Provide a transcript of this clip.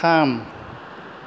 थाम